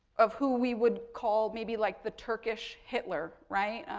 of who we would call maybe like the turkish hitler, right,